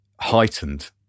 heightened